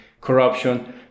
corruption